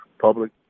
public